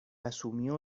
asumió